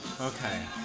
Okay